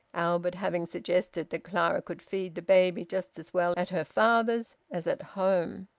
albert having suggested that clara could feed the baby just as well at her father's as at home.